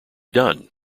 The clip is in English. done